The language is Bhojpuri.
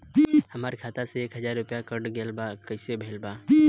हमार खाता से एक हजार रुपया कट गेल बा त कइसे भेल बा?